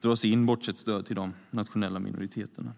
dras in, bortsett från stöd till de nationella minoriteterna.